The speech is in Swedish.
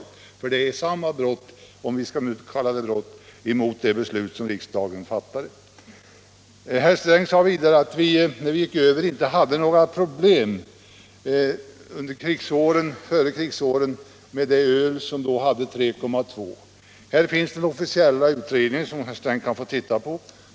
Att införa ett öl med en alkoholstyrka på 3,2 26 är samma brott — om vi nu skall kalla det för ”brott” — mot det beslut som riksdagen fattade i fjol. Herr Sträng sade vidare att vi under åren före kriget inte hade några problem med det öl som innehöll 3,2 96. Jag har här en officiell utredning, som herr Sträng kan få titta på.